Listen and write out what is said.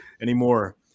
anymore